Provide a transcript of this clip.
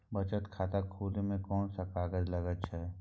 बचत खाता खुले मे कोन सब कागज लागे छै?